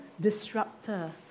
disruptor